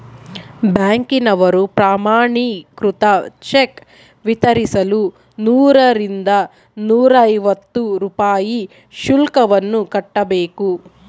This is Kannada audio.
ಬ್ಯಾಂಕಿನವರು ಪ್ರಮಾಣೀಕೃತ ಚೆಕ್ ವಿತರಿಸಲು ನೂರರಿಂದ ನೂರೈವತ್ತು ರೂಪಾಯಿ ಶುಲ್ಕವನ್ನು ಕಟ್ಟಬೇಕು